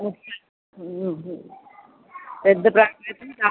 పెద్ద ఫ్రాక్ అయితే